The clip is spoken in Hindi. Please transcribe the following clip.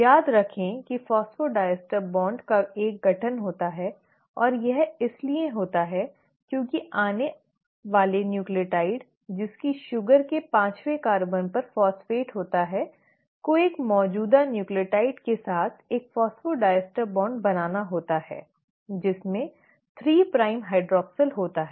याद रखें कि फॉस्फोडाइस्टर बॉन्ड का एक गठन होता है और यह इसलिए होता है क्योंकि आने वाले न्यूक्लियोटाइड जिसकी शुगर के पांचवें कार्बन पर फॉस्फेट होता है को एक मौजूदा न्यूक्लियोटाइड के साथ एक फॉस्फोडाइस्टर बॉन्ड बनाना होता है जिसमें 3 प्राइम हाइड्रोसिल होता है